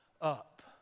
up